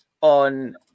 on